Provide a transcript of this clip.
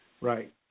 Right